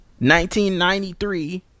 1993